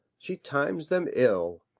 she times them ill.